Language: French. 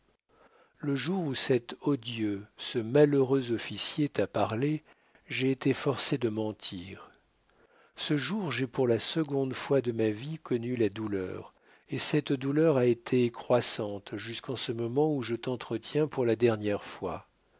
le jour où cet odieux ce malheureux officier t'a parlé j'ai été forcée de mentir ce jour j'ai pour la seconde fois de ma vie connu la douleur et cette douleur a été croissante jusqu'en ce moment où je t'entretiens pour la dernière fois